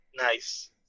nice